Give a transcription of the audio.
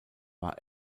war